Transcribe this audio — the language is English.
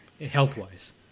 health-wise